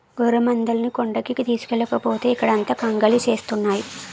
గొర్రెమందల్ని కొండకి తోలుకెల్లకపోతే ఇక్కడంత కంగాలి సేస్తున్నాయి